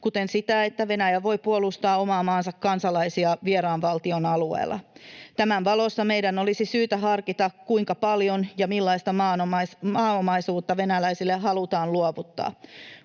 kuten sitä, että Venäjä voi puolustaa oman maansa kansalaisia vieraan valtion alueella. Tämän valossa meidän olisi syytä harkita, kuinka paljon ja millaista maaomaisuutta venäläisille halutaan luovuttaa.